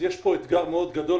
יש פה אתגר מאוד גדול,